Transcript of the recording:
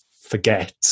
forget